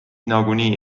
nagunii